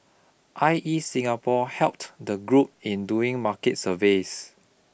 I E Singapore helped the group in doing market surveys